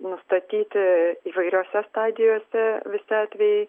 nustatyti įvairiose stadijose visi atvejai